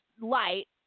light